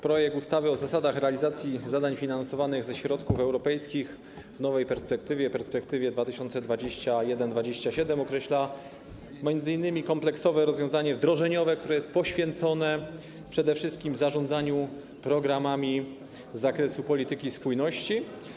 Projekt ustawy o zasadach realizacji zadań finansowanych ze środków europejskich w perspektywie finansowej 2021-2027 określa m.in. kompleksowe rozwiązanie wdrożeniowe, które jest poświęcone przede wszystkim zarządzaniu programami z zakresu polityki spójności.